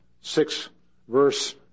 six-verse